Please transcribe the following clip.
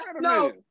no